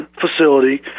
facility